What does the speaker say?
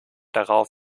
darauf